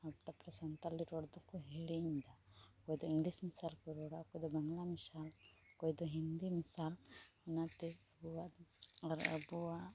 ᱥᱟᱱᱛᱟᱞᱤ ᱨᱚᱲᱫᱚ ᱠᱚ ᱦᱤᱲᱤᱧᱫᱟ ᱚᱠᱚᱭᱫᱚ ᱤᱝᱞᱤᱥ ᱢᱮᱥᱟᱞᱠᱚ ᱨᱚᱲᱟ ᱚᱠᱚᱭᱫᱚ ᱵᱟᱝᱞᱟ ᱢᱮᱥᱟ ᱚᱠᱚᱭᱫᱚ ᱦᱤᱱᱫᱤ ᱢᱮᱥᱟ ᱚᱱᱟᱛᱮ ᱟᱵᱚᱣᱟᱜ ᱟᱨ ᱟᱵᱚᱣᱟᱜ